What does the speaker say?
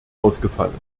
ausgefallen